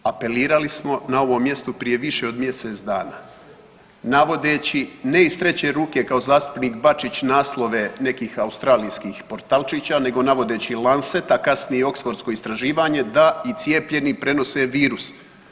Apelirali smo na ovom mjestu prije više od mjesec dana navodeći ne iz treće ruke kao zastupnik Bačić naslove nekih australijskih portalčića nego navode The Lancet a kasnije i Oxfordsko istraživanje da i cijepljeni prenose virus.